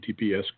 HTTPS